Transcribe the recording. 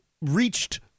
reached